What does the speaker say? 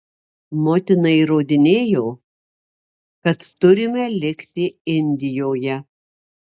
motina įrodinėjo kad turime likti indijoje